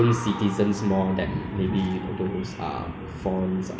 I think like singapore should make the at least make the housing more affordable ah